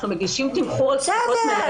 אנחנו לא מגישים תמחור חלקי.